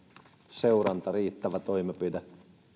seuranta riittävä toimenpide